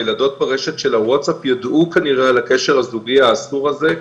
הילדות ברשת של הווטסאפ ידעו כנראה על הקשר הזוגי האסור הזה,